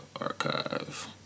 archive